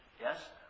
yes